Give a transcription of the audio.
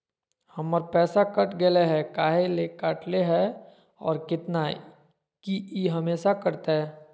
हमर पैसा कट गेलै हैं, काहे ले काटले है और कितना, की ई हमेसा कटतय?